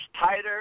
tighter